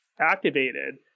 activated